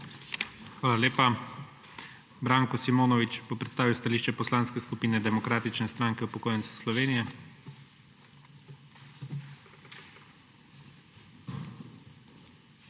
Hvala lepa. Branko Simonovič bo predstavil stališče Poslanske skupine Demokratične stranke upokojencev Slovenije. **BRANKO